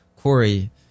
Corey